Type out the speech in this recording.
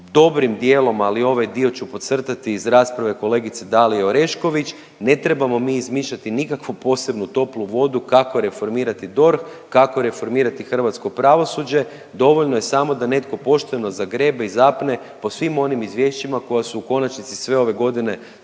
dobrim dijelom, ali ovaj dio ću podcrtati iz rasprave kolegice Dalije Orešković. Ne trebamo mi izmišljati nikakvu posebnu toplu vodu kako reformirati DORH, kako reformirati hrvatsko pravosuđe. Dovoljno je samo da netko pošteno zagrebe i zapne po svim onim izvješćima koja su u konačnici sve ove godine